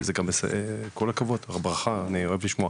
כל הכבוד, אני אוהב לשמוע.